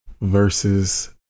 versus